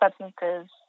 substances